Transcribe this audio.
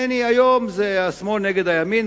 היום זה השמאל נגד הימין,